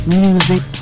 music